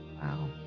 Wow